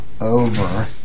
over